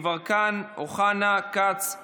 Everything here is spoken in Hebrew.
גדי יברקן, אמיר אוחנה, אופיר כץ,